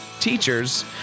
teachers